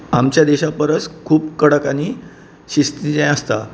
आमच्या देशा परस खूब कडक आनी शिस्तीचें आसता